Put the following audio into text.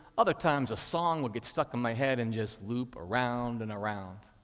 other times a song would get stuck in my head and just loop around and around.